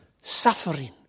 suffering